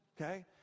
Okay